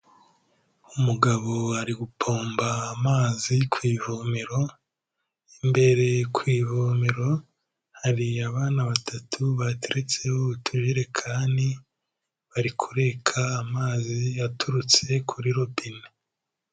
Umugabo ari gutomba amazi ku ivomero, imbere ku ivomero hari abana batatu baturutseho uturererekani bari kurereka amazi yaturutse kuri robine.